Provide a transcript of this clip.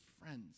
friends